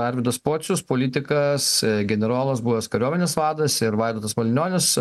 arvydas pocius politikas generolas buvęs kariuomenės vadas ir vaidotas malinionis